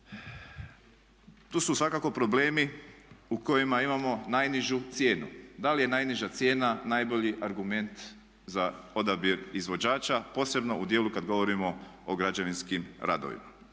Tu su svakako problemi u kojima imamo najnižu cijenu. Da li je najniža cijena najbolji argument za odabir izvođača posebno u dijelu kad govorimo o građevinskim radovima.